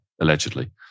allegedly